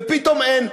ופתאום אין.